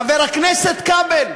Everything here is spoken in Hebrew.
חבר הכנסת כבל,